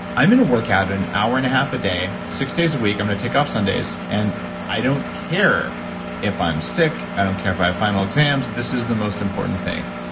i'm going to work out an hour and a half a day six days a week, i'm going to take off sundays, and i don't care if i'm sick, i don't care if i have final exams. this is the most important thing.